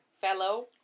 fellow